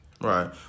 Right